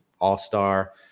all-star